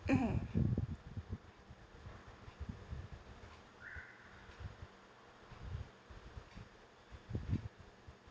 mmhmm